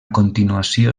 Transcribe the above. continuació